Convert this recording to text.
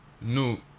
no